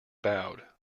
bowed